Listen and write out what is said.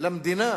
למדינה